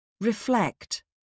Reflect